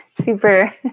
super